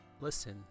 listen